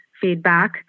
feedback